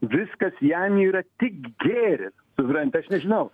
viskas jam yra tik gėris supranti aš nežinau